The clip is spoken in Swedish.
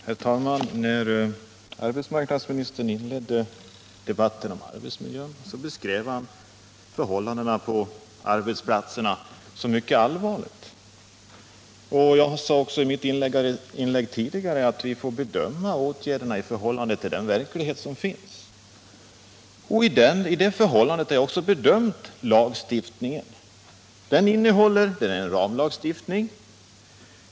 Herr talman! När arbetsmarknadsministern inledde debatten om arbetmiljön beskrev han förhållandena på arbetsplatserna som mycket allvarliga. Jag sade också i mitt inlägg tidigare att vi får bedöma åtgärderna i förhållande till den verklighet som finns. I det perspektivet får också lagstiftningen bedömas. Den är en ramlagstiftning.